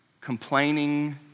complaining